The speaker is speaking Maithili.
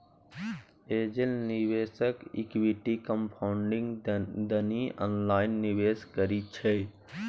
एंजेल निवेशक इक्विटी क्राउडफंडिंग दनी ऑनलाइन निवेशो करइ छइ